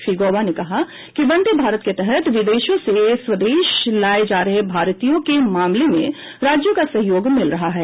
श्री गौबा ने कहा कि वंदे भारत के तहत विदेशों से स्वदेश लाए जा रहे भारतीयों के मामले में राज्यों का सहयोग मिल रहा है